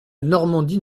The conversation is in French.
normandie